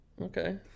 Okay